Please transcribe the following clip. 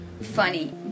funny